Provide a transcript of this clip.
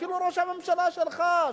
אפילו ראש הממשלה שלך,